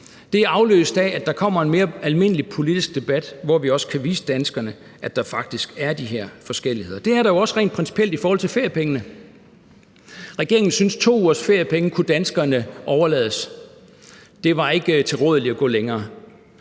er afløst af, at der kommer en mere almindelig politisk debat, hvor vi også kan vise danskerne, at der faktisk er de her forskelligheder. Det er der jo også rent principielt i forhold til feriepengene. Regeringen synes, at 2 ugers feriepenge kunne danskerne overlades, for det var ikke tilrådeligt at gå længere